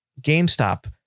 GameStop